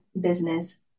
business